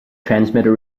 transmitter